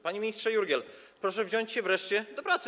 Panie ministrze Jurgiel, proszę wziąć się wreszcie do pracy.